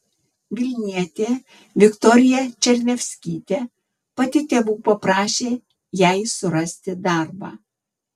vilnietė viktorija černiavskytė pati tėvų paprašė jai surasti darbą